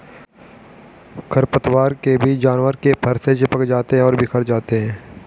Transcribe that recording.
खरपतवार के बीज जानवर के फर से चिपक जाते हैं और बिखर जाते हैं